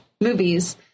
movies